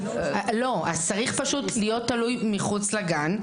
הוא צריך פשוט להיות תלוי מחוץ לגן,